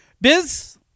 biz